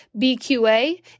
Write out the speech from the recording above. BQA